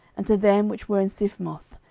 and to them which were in siphmoth,